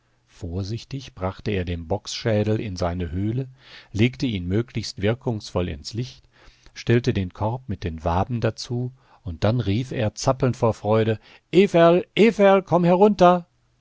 vorsichtig brachte er den bocksschädel in seine höhle legte ihn möglichst wirkungsvoll ins licht stellte den korb mit den waben dazu und dann rief er zappelnd vor vorfreude everl everl komm herunter